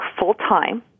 full-time